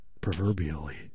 Proverbially